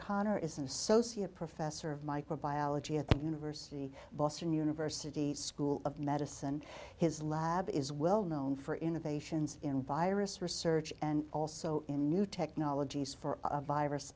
connor is an associate professor of microbiology at the university boston university school of medicine his lab is well known for innovations in virus research and also in new technologies for a virus